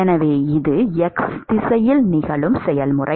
எனவே இது x திசையில் நிகழும் செயல்முறை